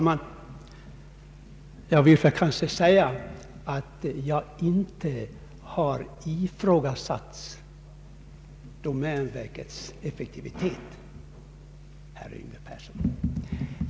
Herr talman! Jag vill först säga att jag inte har ifrågasatt domänverkets effektivitet, herr Yngve Persson.